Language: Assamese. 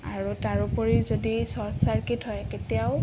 আৰু তাৰোপৰি যদি ছৰ্ট ছাৰ্কিট হয় কেতিয়াও